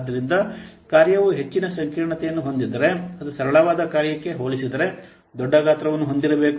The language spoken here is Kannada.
ಆದ್ದರಿಂದ ಕಾರ್ಯವು ಹೆಚ್ಚಿನ ಸಂಕೀರ್ಣತೆಯನ್ನು ಹೊಂದಿದ್ದರೆ ಅದು ಸರಳವಾದ ಕಾರ್ಯಕ್ಕೆ ಹೋಲಿಸಿದರೆ ದೊಡ್ಡ ಗಾತ್ರವನ್ನು ಹೊಂದಿರಬೇಕು